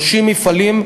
30 מפעלים,